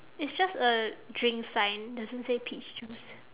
it's just a drink sign doesn't say peach juice